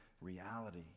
reality